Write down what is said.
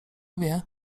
wie